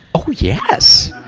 oh yes!